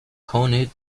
coyne